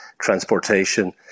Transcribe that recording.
transportation